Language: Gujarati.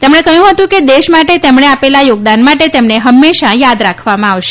તેમણે કહ્યું હતું દેશ માટે તેમણે આપેલા થોગદાન માટે તેમને હંમેશા યાદ રાખવામાં આવશે